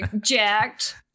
jacked